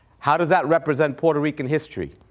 how does that represent puerto rican history?